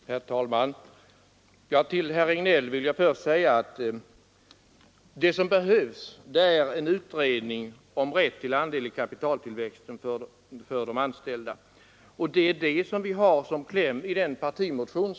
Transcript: Herr talman! Jag vill först till herr Regnéll säga att vad som behövs är en utredning om rätten till andel i kapitaltillväxten för de anställda, och det är vad vi yrkar på i klämmen till vår partimotion.